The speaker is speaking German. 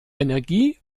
energie